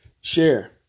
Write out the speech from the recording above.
Share